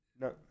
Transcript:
No